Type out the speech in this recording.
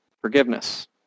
forgiveness